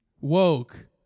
Woke